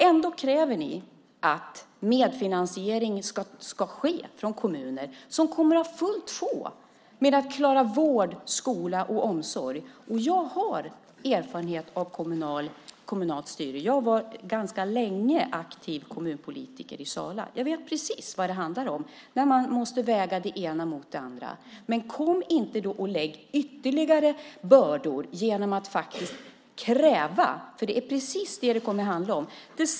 Ändå kräver ni att medfinansiering ska ske från kommuner som kommer att ha fullt sjå att klara vård, skola och omsorg. Jag har erfarenhet av kommunalt styre. Jag var ganska länge aktiv kommunpolitiker i Sala, och jag vet precis vad det handlar om när man måste väga det ena mot det andra. Men kom inte och lägg ytterligare bördor genom krav, för det är precis vad det kommer att handla om.